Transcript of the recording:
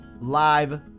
live